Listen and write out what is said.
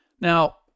Now